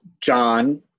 John